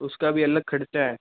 उसका भी अलग खर्चा है